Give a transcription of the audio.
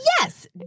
Yes